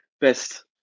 best